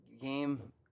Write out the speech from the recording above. game